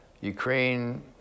Ukraine